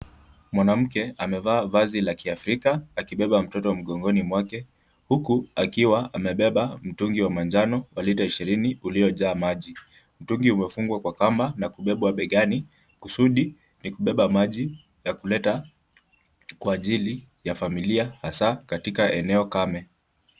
Mwanamke amevaa vazi la kiafrika akibeba mtoto mgongoni mwake. Huku akiwa amebeba mtungi wa manjano wa lita ishirini uliojaa maji. Mtungi umefungwa kwa kamba na kubebwa begani, kusudi ni kubeba maji na kuleta kwa ajili ya familia hasa katika eneo kame.